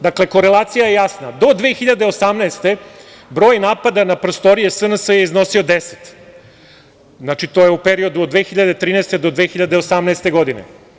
Dakle, korelacija je jasna, do 2018. godine broj napada na prostorije SNS je iznosio 10, to je u periodu od 2013. do 2018. godine.